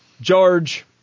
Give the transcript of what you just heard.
George